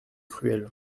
cruelle